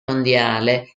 mondiale